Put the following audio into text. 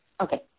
Okay